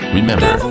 Remember